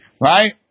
Right